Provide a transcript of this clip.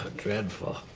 dreadful.